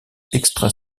extra